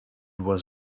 was